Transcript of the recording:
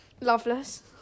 Loveless